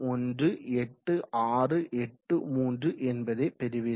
018683 என்பதை பெறுவீர்கள்